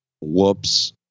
whoops